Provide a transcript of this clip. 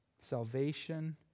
Salvation